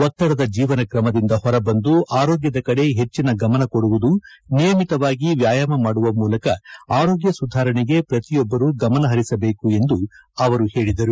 ಒತ್ತಡದ ಜೀವನ ಕ್ರಮದಿಂದ ಹೊರ ಬಂದು ಆರೋಗ್ಯದ ಕಡೆ ಹೆಚ್ಚಿನ ಗಮನ ಕೊಡುವುದು ನಿಯಮಿತವಾಗಿ ವ್ಯಾಯಾಮ ಮಾದುವ ಮೂಲಕ ಆರೋಗ್ಯ ಸುಧಾರಣೆಗೆ ಪ್ರತಿಯೊಬ್ಬರು ಗಮನ ಹರಿಸಬೇಕು ಎಂದು ಅವರು ಹೇಳಿದರು